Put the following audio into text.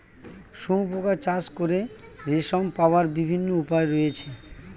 শুঁয়োপোকা চাষ করে রেশম পাওয়ার বিভিন্ন উপায় রয়েছে